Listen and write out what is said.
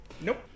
Nope